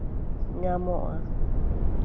ᱧᱟᱢᱚᱜᱼᱟ